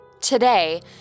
Today